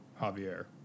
Javier